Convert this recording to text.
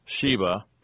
Sheba